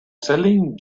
selling